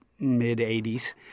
mid-'80s